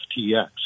FTX